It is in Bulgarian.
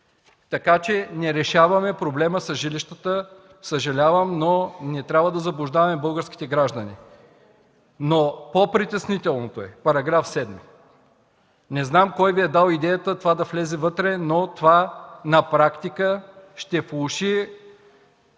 Така че не решаваме проблема с жилищата, съжалявам, но не трябва да заблуждаваме българските граждани. Но по-притеснителното е –§ 7. Не знам кой Ви е дал идеята това да влезе вътре, но това на практика ще влоши